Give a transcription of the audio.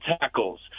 tackles